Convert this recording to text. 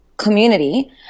community